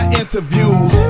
interviews